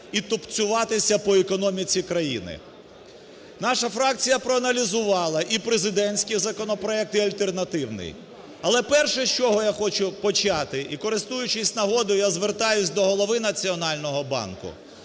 і тупцювати по економіці країни. Наша фракція проаналізували і президентський законопроект, і альтернативний. Але перше, з чого я хочу почати і, користуючись нагодою, я звертаюсь до Голови Національного банку.